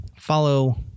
follow